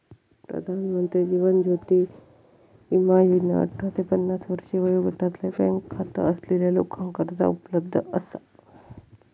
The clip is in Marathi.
प्रधानमंत्री जीवन ज्योती विमा योजना अठरा ते पन्नास वर्षे वयोगटातल्या बँक खाता असलेल्या लोकांकरता उपलब्ध असा